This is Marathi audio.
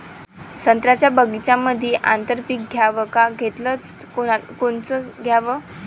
संत्र्याच्या बगीच्यामंदी आंतर पीक घ्याव का घेतलं च कोनचं घ्याव?